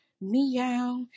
meow